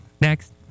Next